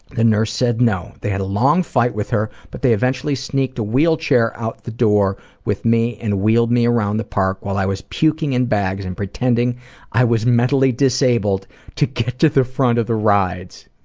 the nurse said no. they had a long fight with her, but the eventually sneaked a wheelchair out the door with me and wheeled me around the park while i was puking in bags and pretending i was mentally disabled to get to the front of the rides.